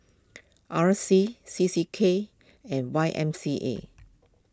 R C C C K and Y M C A